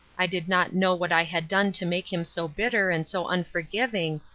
i did not know what i had done to make him so bitter and so unforgiving,